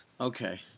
Okay